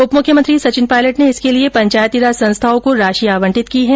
उपमुख्यमंत्री सचिन पायलट ने इसके लिए पंचायती राज संस्थाओं को राशि आंवटित की है